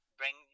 bring